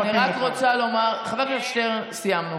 אני רק רוצה לומר, חבר הכנסת שטרן, סיימנו.